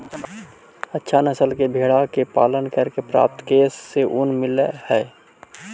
अच्छा नस्ल के भेडा के पालन करके प्राप्त केश से ऊन मिलऽ हई